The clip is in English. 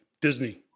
Disney